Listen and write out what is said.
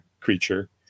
creature